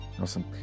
Awesome